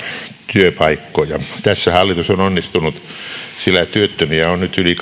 työpaikkoja tässä hallitus on onnistunut sillä työttömiä on nyt yli